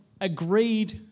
agreed